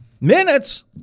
Minutes